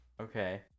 Okay